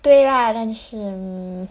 对啦但是 mm